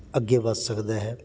ਅੱਗੇ ਵਧ ਸਕਦਾ ਹੈ